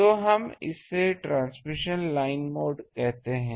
तो हम इसे ट्रांसमिशन लाइन मोड कहते हैं